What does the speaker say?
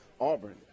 Auburn